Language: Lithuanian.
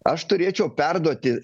aš turėčiau perduoti